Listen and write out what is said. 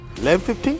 11-15